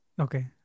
Okay